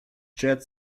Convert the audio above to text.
jet